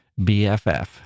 BFF